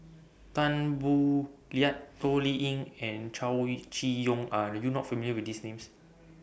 Tan Boo Liat Toh Liying and Chow E Chee Yong Are YOU not familiar with These Names